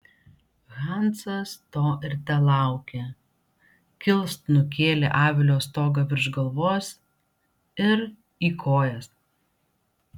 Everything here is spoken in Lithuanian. hansas to ir telaukė kilst nukėlė avilio stogą virš galvos ir į kojas